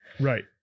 right